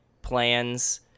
Plans